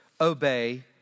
obey